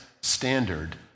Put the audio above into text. standard